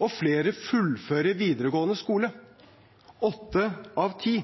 og flere fullfører videregående skole – åtte av ti.